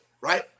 right